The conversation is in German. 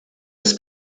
des